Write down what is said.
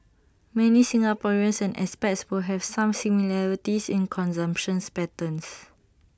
many Singaporeans and expats will have some similarities in consumptions patterns